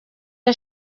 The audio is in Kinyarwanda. iyo